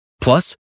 Plus